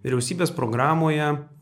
vyriausybės programoje